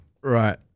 Right